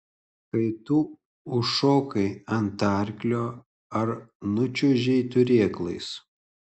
kai tu užšokai ant arklio ar nučiuožei turėklais